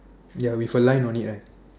ya with a line only right